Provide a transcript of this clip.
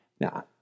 Now